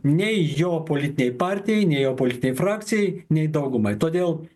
nei jo politinei partijai nei jo politinei frakcijai nei daugumai todėl